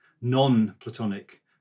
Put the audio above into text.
non-Platonic